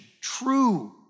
true